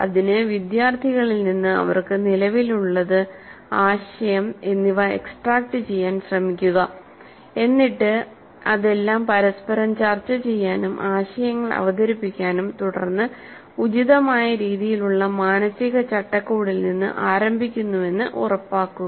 അതിന് വിദ്യാർത്ഥികളിൽ നിന്ന് അവർക്ക് നിലവിൽ ഉള്ളത്ആശയം എന്നിവ എക്സ്ട്രാക്റ്റു ചെയ്യാൻ ശ്രമിക്കുകഎന്നിട്ട് അതെല്ലാം പരസ്പരം ചർച്ചചെയ്യാനും ആശയങ്ങൾ അവതരിപ്പിക്കാനും തുടർന്ന് ഉചിതമായ രീതിയിലുള്ള മാനസിക ചട്ടക്കൂടിൽ നിന്ന് ആരംഭിക്കുന്നുവെന്ന് ഉറപ്പാക്കുക